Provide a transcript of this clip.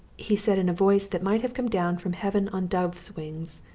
he said in a voice that might have come down from heaven on dove wings,